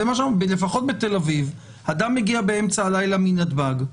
לפחות בתל אביב, אדם מגיע באמצע הלילה מנתב"ג,